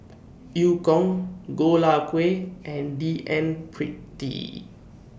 EU Kong Goh Lay Kuan and D N Pritt